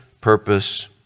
purpose